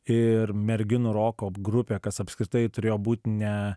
ir merginų roko grupė kas apskritai turėjo būt ne